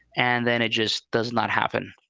and then it just does not happen.